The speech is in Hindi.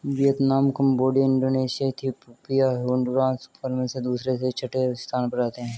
Vietnam Cambodia Indonesia Ethiopia Honduras क्रमशः दूसरे से छठे स्थान पर आते हैं